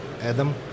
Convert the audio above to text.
Adam